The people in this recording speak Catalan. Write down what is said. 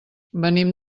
venim